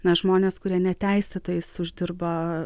na žmonės kurie neteisėtais uždirba